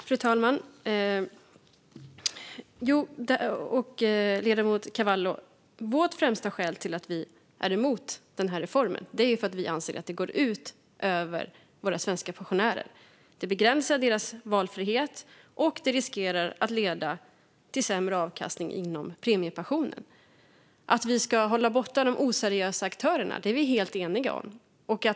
Fru talman och ledamot Carvalho! Vårt främsta skäl till att vi är emot reformen är att vi anser att den går ut över våra svenska pensionärer. Den begränsar deras valfrihet, och den riskerar att leda till sämre avkastning inom premiepensionen. Att vi ska hålla borta de oseriösa aktörerna är vi helt eniga om.